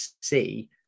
see